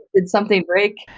did something break?